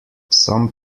some